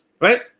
right